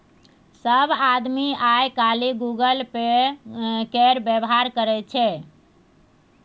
सभ आदमी आय काल्हि गूगल पे केर व्यवहार करैत छै